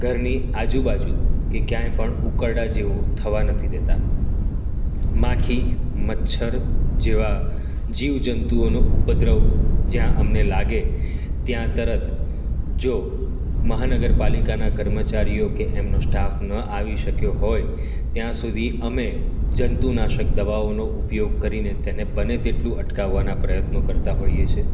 ઘરની આજુ બાજુ કે ક્યાંય પણ ઉકરડા જેવું થવા નથી દેતા માખી મચ્છર જેવા જીવજંતુઓનો ઉપદ્રવ જ્યાં અમને લાગે ત્યાં તરત જો મહાનગરપાલિકાના કર્મચારીઓ કે એમનો સ્ટાફ ન આવી શક્યો હોય ત્યાં સુધી અમે જંતુનાશક દવાઓનો ઉપયોગ કરીને તેને બને તેટલું અટકાવવાના પ્રયત્નો કરતા હોઈએ છે